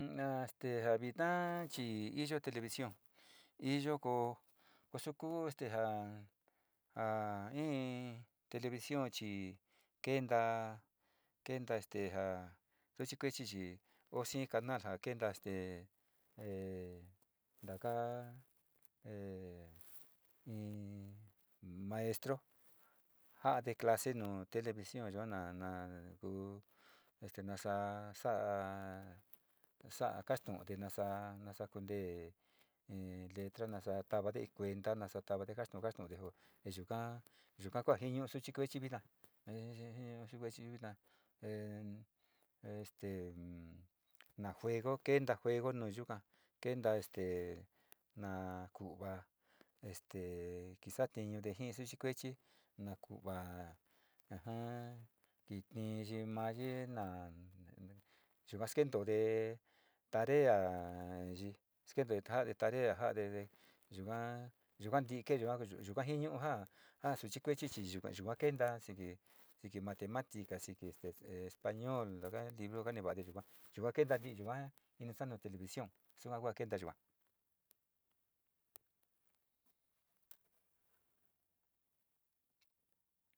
U'u na este ja vitaa chi iyo televisión, iyo koo, ko su kuu este ja, ja in, in televisión chi kenta, kenta este ja suchi kuechi chi o sii canal ja kenta este ee-taka maestro ja'ade clase clase nu televisión yua na, na, ku este nasa in kuenta nasa, tavade kastu'u, kastu'ude jo yuka, yuka jeñu'u suchi kua'ani vina suchi kuechi viña em, este, na juego kento juego, juego nu yuka, kenta este na kuva este kisatinude ji suchi kuechi, na ku'uva a jaa kiti yii na yuka kisatinude tarea yii skentode, tarea, jade te yuga, yukantii kee yua, yuka, ji ñuu jaa suchi kuechi chi yuga kee kenta siki matematicas, inka siki este español ntasa liino, kanivade yuka keenta ki'i yukaa yuka kenta nu televisión suka kua kenta yukaa.